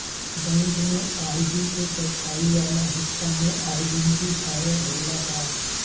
Bank में ID के चौथाई वाला हिस्सा में आइडेंटिफैएर होला का?